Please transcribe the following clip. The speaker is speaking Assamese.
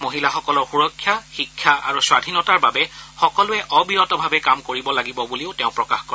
মহিলাসকলৰ সুৰক্ষা শিক্ষা আৰু স্বাধীনতাৰ বাবে সকলোৱে অবিৰতভাৱে কাম কৰিব লাগিব বুলিও তেওঁ প্ৰকাশ কৰে